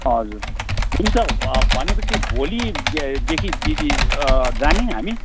हजुर हुन्छ भनेपछि भोलिदेखि दिदी जाने हामी